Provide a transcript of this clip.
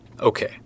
Okay